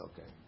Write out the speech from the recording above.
okay